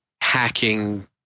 hacking